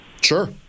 Sure